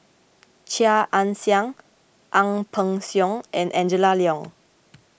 Chia Ann Siang Ang Peng Siong and Angela Liong